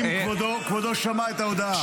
האם כבודו שמע את ההודעה?